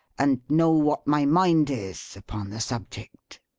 and know what my mind is, upon the subject.